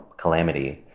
calamity,